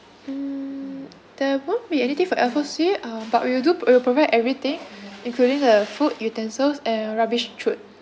um there won't be anything for F_O_C uh but we will do we'll provide everything including the food utensils and rubbish chute